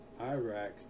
iraq